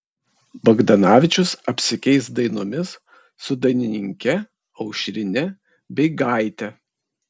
bagdanavičius apsikeis dainomis su dainininke aušrine beigaite